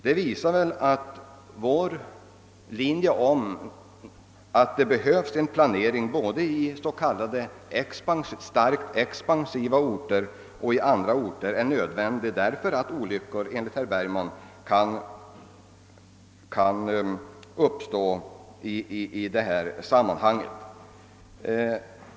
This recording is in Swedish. Det visar väl att vår linje, som går ut på att det behövs en planering både is.k. starkt expansiva orter och i andra orter, är riktig och nödvändig att följa, därför att olycksfall, enligt herr Bergman, kan inträffa i olika slags kommuner.